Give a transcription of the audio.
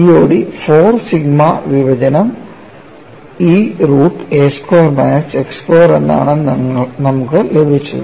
COD 4 sigma വിഭജനം E root a square minus x square എന്നാണ് നമുക്ക് ലഭിച്ചത്